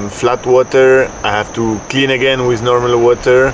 and flat water, i have to clean again with normal water